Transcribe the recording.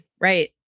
Right